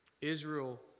Israel